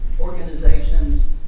Organizations